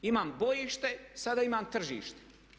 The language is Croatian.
Imam bojište, sada imam tržište.